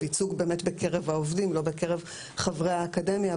על ייצוג בקרב העובדים ולא בקרב חברי האקדמיה,